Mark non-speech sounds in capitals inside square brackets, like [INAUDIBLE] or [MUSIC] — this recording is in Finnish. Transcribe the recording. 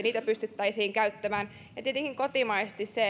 [UNINTELLIGIBLE] niitä pystyttäisiin käyttämään tietenkin kotimaisesti